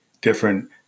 different